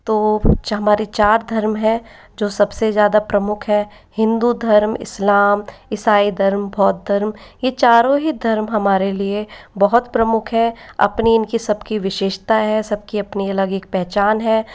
तो वो हमारे चार धर्म हैं जो सबसे ज़्यादा प्रमुख है हिंदू धर्म इस्लाम ईसाई धर्म बौद्ध धर्म यह चारों ही धर्म हमारे लिए बहुत प्रमुख हैं अपनी इनकी सबकी विशेषता है सबकी अपनी अलग एक पहचान है